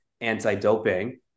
anti-doping